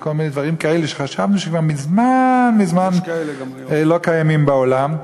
וכל מיני דברים כאלה שחשבנו שכבר מזמן לא קיימים בעולם,